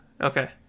Okay